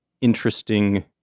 interesting